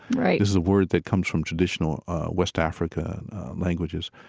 this is a word that comes from traditional west africa languages.